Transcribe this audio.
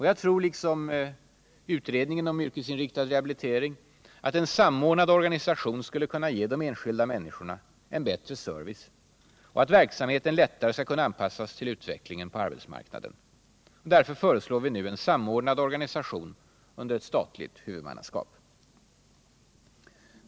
Jag tror liksom utredningen om yrkesinriktad rehabilitering att en samordnad organisation skulle kunna ge de enskilda människorna en bättre service och att verksamheten lättare skall kunna anpassas till utvecklingen på arbetsmarknaden. Därför föreslår vi nu en samordnad organisation under ett statligt huvudmannaskap.